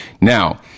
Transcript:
Now